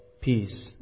peace